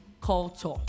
culture